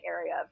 area